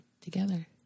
together